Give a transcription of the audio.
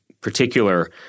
particular